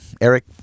Eric